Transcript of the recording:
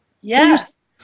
Yes